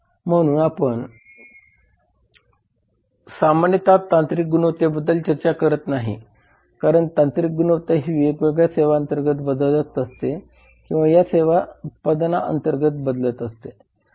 म्हणून आपण सामान्यत तांत्रिक गुणवत्तेबद्दल चर्चा करत नाही कारण तांत्रिक गुणवत्ता ही वेगवेगळ्या सेवा अंतर्गत बदलत असते किंवा या सेवा उत्पादना अंतर्गत बदलत असते